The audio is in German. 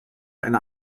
eine